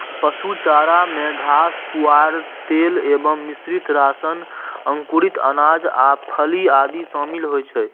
पशु चारा मे घास, पुआर, तेल एवं मिश्रित राशन, अंकुरित अनाज आ फली आदि शामिल होइ छै